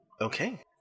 Okay